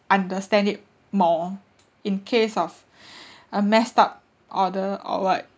understand it more in case of a messed up order or what